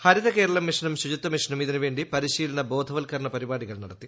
ഹരിതകേരളം മിഷനും ശുചിത്വ മിഷനും ഇതിനു വേണ്ടി പരിശീലന ബോധവൽക്കരണ പരിപാടികൾ നടത്തി